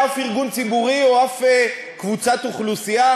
לא כך זה כלפי אף ארגון ציבורי ואף קבוצת אוכלוסייה.